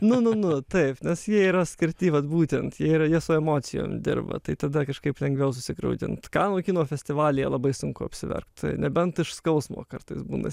nu nu nu taip nes jie yra skirti vat būtent jie yra jie su emocijom dirba tai tada kažkaip lengviau susigraudint kanų kino festivalyje labai sunku apsiverkt nebent iš skausmo kartais būna